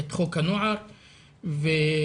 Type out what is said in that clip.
את חוק הנוער ואת